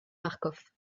marcof